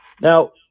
Now